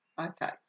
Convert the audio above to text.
Okay